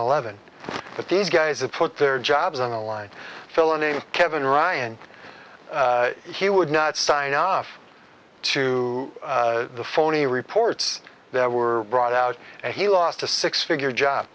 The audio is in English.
eleven but these guys have put their jobs on the line villany kevin ryan he would not sign up to the phony reports that were brought out and he lost a six figure job